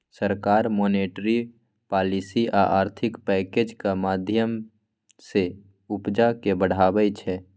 सरकार monetary policy आ आर्थिक पैकैजक माध्यमँ सँ उपजा केँ बढ़ाबै छै